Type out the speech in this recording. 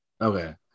Okay